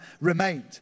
remained